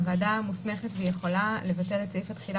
הוועדה מוסמכת ויכולה לבטל את סעיף התחילה